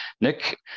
nick